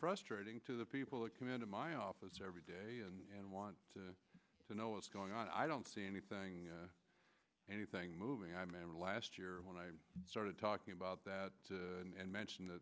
frustrating to the people that come into my office every day and want to know what's going on i don't see anything anything moving i remember last year when i started talking about that and mentioned that